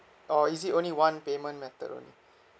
or is it only one payment method only